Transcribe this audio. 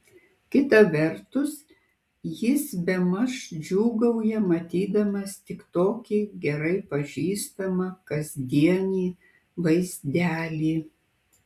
kita vertus jis bemaž džiūgauja matydamas tik tokį gerai pažįstamą kasdienį vaizdelį